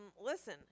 Listen